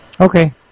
Okay